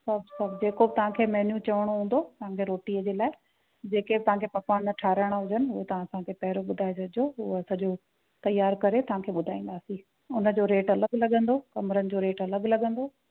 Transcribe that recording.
सभु सभु जेको बि तव्हांखे मैन्यू चवणो हूंदो तव्हांजे रोटीअ जे लाइ जेके बि तव्हांखे पकवानु ठाराइणा हुजनि हो तव्हां असांखे पहिरों ॿुधाइ छॾिजो हूअ सॼो तयार करे तव्हांखे ॿुधाईंदासीं उनजो रेट अलॻि लॻंदो कमरन जो रेट अलॻि लॻंदो